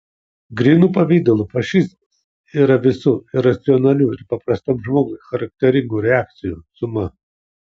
grynu pavidalu fašizmas yra visų iracionalių ir paprastam žmogui charakteringų reakcijų suma